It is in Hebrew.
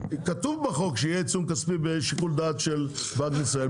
כתוב בחוק שיהיה עיצום כספי בשיקול דעת של בנק ישראל,